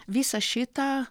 visą šitą